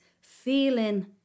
feeling